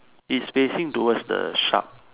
is facing towards the sharp